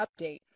update